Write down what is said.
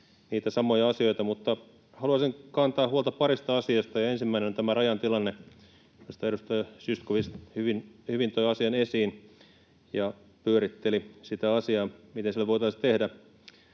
niitä samoja asioita, mutta haluaisin kantaa huolta parista asiasta. Ensimmäinen on tämä rajan tilanne, minkä asian edustaja Zyskowicz hyvin toi esiin ja pyöritteli sitä asiaa, mitä sille voitaisiin tehdä: